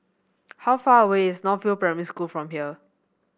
how far away is North View Primary School from here